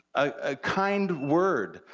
a kind word,